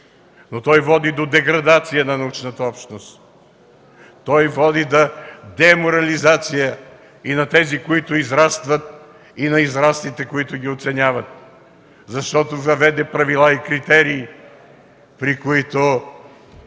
но той води до деградация на научната общност. Той води до деморализация и на тези, които израстват, и на израслите, които ги оценяват, защото въведе правила и критерии, при които